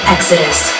Exodus